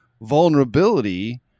vulnerability